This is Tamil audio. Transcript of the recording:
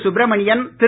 சுப்ரமணியன் திரு